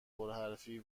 پرحرفی